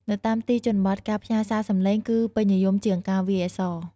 នៅតាមទីជនបទការផ្ញើសារសំឡេង គឺពេញនិយមជាងការវាយអក្សរ។